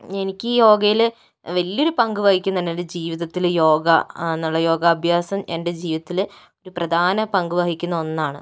എനിക്ക് യോഗയില് വലിയൊരു പങ്ക് വഹിക്കുന്നുണ്ട് എൻ്റെ ജീവിതത്തില് യോഗ എന്നുള്ള യോഗാഭ്യാസം എൻ്റെ ജീവിതത്തില് ഒരു പ്രധാന പങ്ക് വഹിക്കുന്ന ഒന്നാണ്